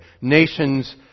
Nations